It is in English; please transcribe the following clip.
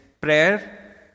Prayer